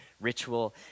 ritual